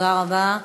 תודה רבה.